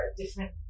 different